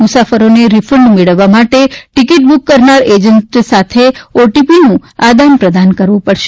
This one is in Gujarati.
મુસાફરોને રીફીંડ મેળવવા માટે ટિકિટ બુક કરનાર એજન્ટ સાથે ઓટીપીનું આદાન પ્રદાન કરવું પડશે